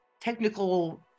technical